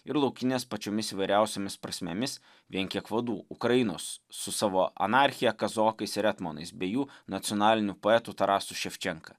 ir laukinės pačiomis įvairiausiomis prasmėmis vien kiek vadų ukrainos su savo anarchija kazokais ir etmonais bei jų nacionaliniu poetu tarasu ševčenka